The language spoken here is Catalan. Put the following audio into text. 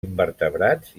invertebrats